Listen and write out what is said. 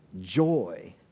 joy